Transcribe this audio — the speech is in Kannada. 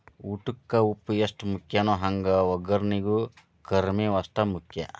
ಊಟಕ್ಕ ಉಪ್ಪು ಎಷ್ಟ ಮುಖ್ಯಾನೋ ಹಂಗ ವಗ್ಗರ್ನಿಗೂ ಕರ್ಮೇವ್ ಅಷ್ಟ ಮುಖ್ಯ